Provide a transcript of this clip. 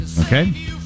Okay